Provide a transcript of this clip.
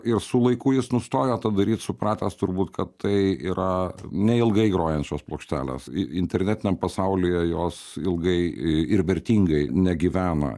ir su laiku jis nustojo tą daryt supratęs turbūt kad tai yra neilgai grojančios plokštelės i internetiniam pasaulyje jos ilgai i ir vertingai negyvena